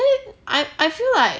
then I I feel like